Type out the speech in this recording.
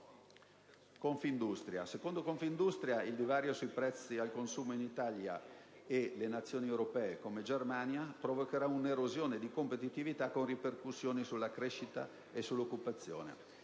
Secondo Confindustria, il divario sui prezzi al consumo tra l'Italia e Nazioni europee come la Germania provocherà un'erosione di competitività, con ripercussioni sulla crescita e sull'occupazione.